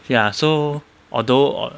ya so although